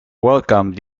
welcome